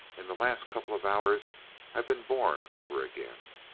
in the last couple of hours i've been born over again.